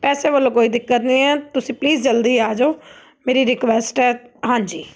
ਪੈਸੇ ਵੱਲੋਂ ਕੋਈ ਦਿੱਕਤ ਨਹੀਂ ਹੈ ਤੁਸੀਂ ਪਲੀਜ਼ ਜਲਦੀ ਆ ਜਾਓ ਮੇਰੀ ਰਿਕੁਐਸਟ ਹੈ ਹਾਂਜੀ